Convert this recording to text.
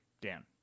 dan